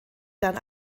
dann